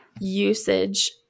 usage